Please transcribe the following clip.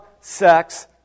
sex